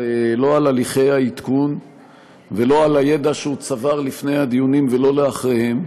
לא על הליכי העדכון ולא על הידע שהוא צבר לפני הדיונים ולא לאחריהם.